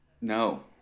No